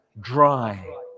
Dry